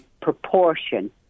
proportion